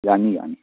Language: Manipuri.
ꯌꯥꯅꯤ ꯌꯥꯅꯤ